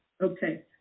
Okay